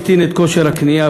מקטין את כושר הקנייה,